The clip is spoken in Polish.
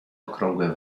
okrągłe